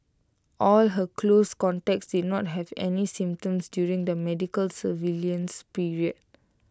all her close contacts did not have any symptoms during the medical surveillance period